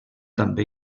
també